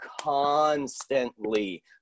Constantly